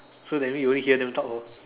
so that mean you only hear them talk lor